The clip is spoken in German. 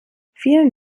vielen